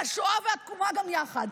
השואה והתקומה גם יחד.